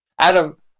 Adam